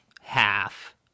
half